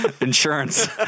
Insurance